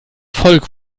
volk